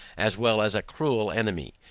as well, as a cruel enemy.